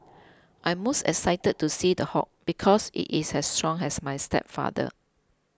I'm most excited to see The Hulk because it is as strong as my stepfather